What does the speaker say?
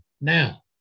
now